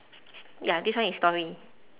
ya this one is story